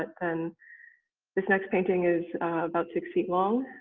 but then this next painting is about six feet long.